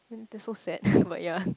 then that's so sad but ya